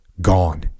gone